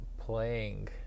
playing